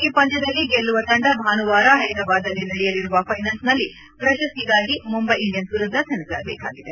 ಈ ಪಂದ್ಯದಲ್ಲಿ ಗೆಲ್ಲುವ ತಂಡ ಭಾನುವಾರ ಹೈದರಾಬಾದ್ನಲ್ಲಿ ನಡೆಯಲಿರುವ ಫೈನಲ್ಸ್ನಲ್ಲಿ ಪ್ರಶಸ್ತಿಗಾಗಿ ಮುಂಬೈ ಇಂಡಿಯನ್ಸ್ ವಿರುದ್ಧ ಸೆಣಸಬೇಕಾಗಿದೆ